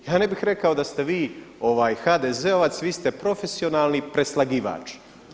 Ja ne bih rekao da ste vi HDZ-ovac, vi ste profesionalni preslagivač.